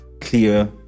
clear